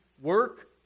work